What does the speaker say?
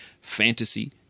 fantasy